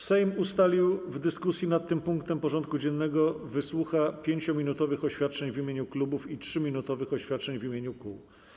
Sejm ustalił, że w dyskusji nad tym punktem porządku dziennego wysłucha 5-minutowych oświadczeń w imieniu klubów i 3-minutowych oświadczeń w imieniu kół.